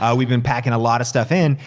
ah we've been packin' a lot of stuff in.